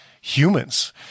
humans